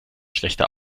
schlechter